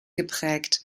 geprägt